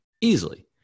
Easily